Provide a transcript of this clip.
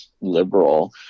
liberal